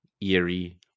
eerie